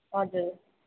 हजुर